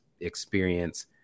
experience